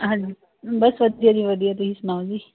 ਹਾਂਜੀ ਬਸ ਵਧੀਆ ਜੀ ਵਧੀਆ ਤੁਸੀਂ ਸੁਣਾਓ ਜੀ